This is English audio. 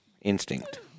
instinct